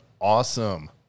awesome